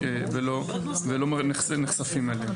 ולא נחשפים אליה.